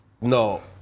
no